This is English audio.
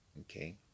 Okay